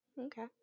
Okay